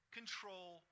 control